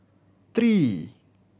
three